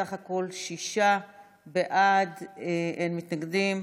בסך הכול שישה בעד, אין מתנגדים.